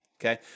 okay